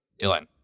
Dylan